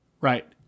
Right